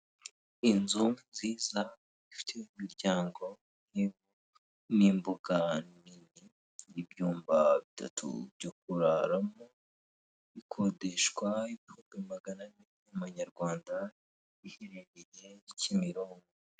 Inzu nziza ifite imiryango n'imbuga nini, n'ibyumba bitatu byo kuraramo, bikodeshwa ibihumbi magana ane, y'amanyarwanda iherereye Kimironko.